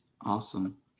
Awesome